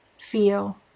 feel